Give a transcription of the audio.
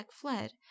fled